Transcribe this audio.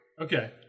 Okay